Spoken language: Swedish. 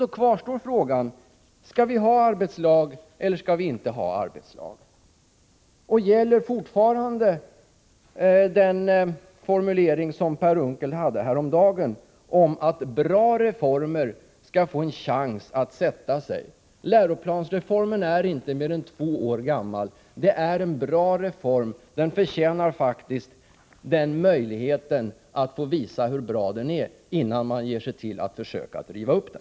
Då kvarstår frågan: Skall vi ha arbetslag eller skall vi inte ha arbetslag? Och gäller fortfarande den formulering som Per Unckel använde häromdagen, att bra reformer skall få en chans att sätta sig? Läroplansreformen är inte mer än två år gammal. Det är en bra reform. Den förtjänar faktiskt att få möjligheten att visa hur bra den är, innan man ger sig på att försöka riva upp den.